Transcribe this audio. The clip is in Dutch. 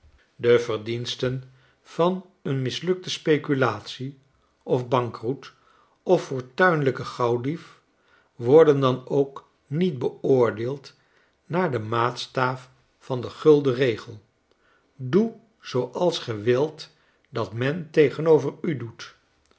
de verdiensten w van een mislukte speculatie of bankroet of fortuinlijken gauwdief worden dan ook niet beoordeeld naar den maatstaf van den gulden regel doe zooals ge wilt dat men tegenover u doe